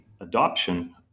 adoption